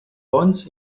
ponç